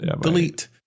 Delete